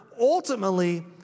Ultimately